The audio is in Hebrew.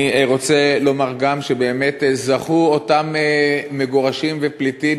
אני רוצה לומר גם שבאמת זכו אותם מגורשים ופליטים